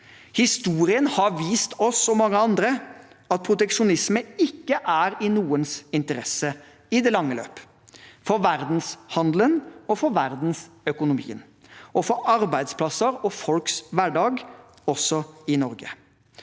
Historien har vist oss og mange andre at proteksjonisme ikke er i noens interesse i det lange løp – verken for verdenshandelen og verdensøkonomien eller for arbeidsplasser og folks velferd, heller ikke i Norge.